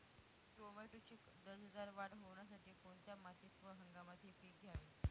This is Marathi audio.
टोमॅटोची दर्जेदार वाढ होण्यासाठी कोणत्या मातीत व हंगामात हे पीक घ्यावे?